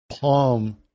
Palm